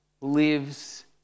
lives